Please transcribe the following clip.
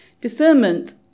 Discernment